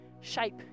shape